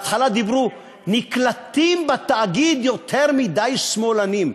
בהתחלה דיברו: נקלטים בתאגיד יותר מדי שמאלנים.